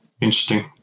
interesting